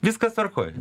viskas tvarkoj